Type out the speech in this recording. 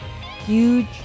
huge